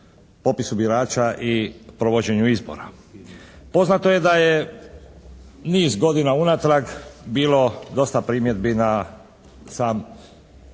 popisu birača i provođenju izbora. Poznato je da je niz godina unatrag bilo dosta primjedbi na sam